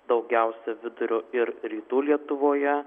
daugiausia vidurio ir rytų lietuvoje